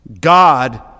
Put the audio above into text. God